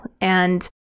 And-